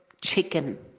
chicken